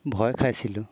ভয় খাইছিলোঁ